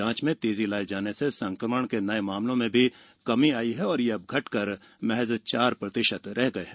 जांच में तेजी लाए जाने से संक्रमण के नये मामलों में भी कमी आई है और ये अब घटकर चार प्रतिशत रह गए हैं